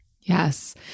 Yes